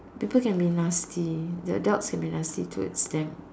people can be nasty the adults can be nasty towards them